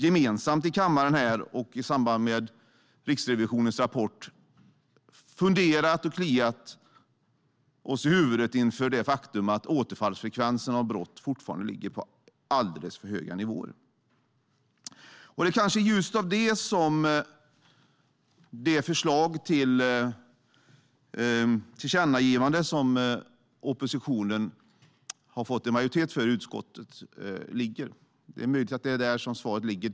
Gemensamt här i kammaren och i samband med Riksrevisionens rapport har vi funderat och kliat oss i huvudet inför det faktum att återfallsfrekvensen i brott fortfarande ligger på alldeles för höga nivåer. Det är kanske i ljuset av det som man ska se förslaget till tillkännagivande som oppositionen har fått majoritet för i utskottet. Det är möjligt att det är där som svaret ligger.